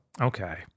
okay